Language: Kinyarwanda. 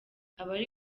abari